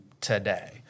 today